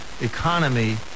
economy